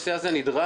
הנושא הזה נדרש.